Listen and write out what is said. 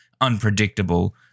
unpredictable